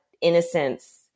innocence